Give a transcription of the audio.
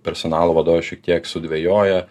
personalo vadovai šiek tiek sudvejoja